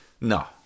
no